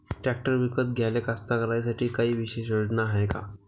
Tractor विकत घ्याले कास्तकाराइसाठी कायी विशेष योजना हाय का?